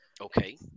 Okay